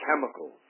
chemicals